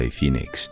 Phoenix